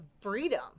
freedom